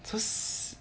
cause